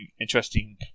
interesting